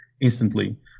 instantly